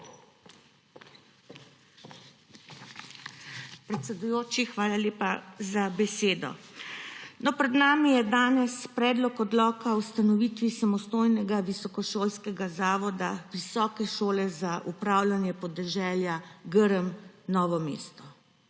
Predsedujoči, hvala lepa za besedo. Pred nami je danes Predlog odloka o ustanovitvi samostojnega visokošolskega zavoda Visoke šole za upravljanje podeželja GRM Novo mesto.